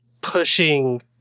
pushing